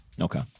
Okay